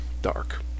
Dark